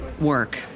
work